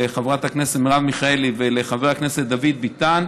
לחברת הכנסת מרב מיכאלי ולחבר הכנסת דוד ביטן,